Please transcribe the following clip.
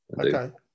Okay